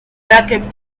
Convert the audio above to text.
backup